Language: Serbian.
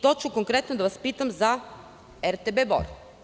To ću konkretno da vas pitam za RTB Bor.